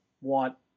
want